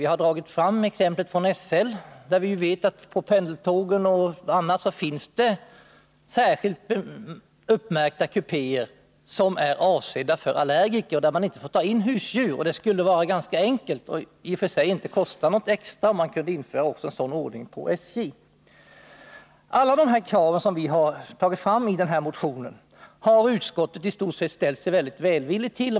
Vi har tagit fram exempel från SL. På pendeltågen finns det särskilt uppmärkta kupéer, avsedda för allergiker, där man inte får ta in husdjur. Det skulle vara ganska enkelt och i och för sig inte kosta något extra, om man kunde införa en sådan ordning också på SJ. Alla de krav som vi har fört fram i vår motion har utskottet i stort sett ställt sig väldigt välvilligt till.